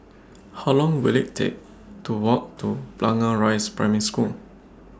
How Long Will IT Take to Walk to Blangah Rise Primary School